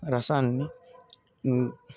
రసాన్ని